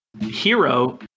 Hero